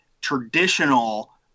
traditional